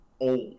old